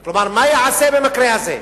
כלומר: מה ייעשה במקרה הזה?